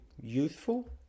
useful